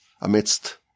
amidst